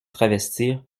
travestir